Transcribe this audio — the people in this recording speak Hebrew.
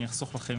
אני אחסוך לכם.